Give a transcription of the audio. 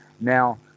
Now